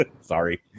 sorry